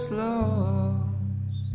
lost